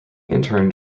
interned